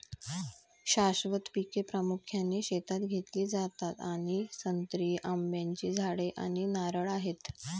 शाश्वत पिके प्रामुख्याने शेतात घेतली जातात आणि संत्री, आंब्याची झाडे आणि नारळ आहेत